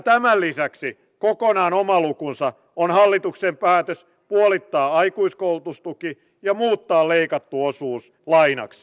tämän lisäksi kokonaan oma lukunsa on hallituksen päätös puolittaa aikuiskoulutustuki ja muuttaa leikattu osuus lainaksi